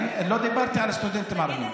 אני לא דיברתי על הסטודנטים הערבים,